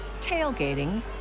tailgating